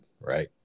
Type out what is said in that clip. right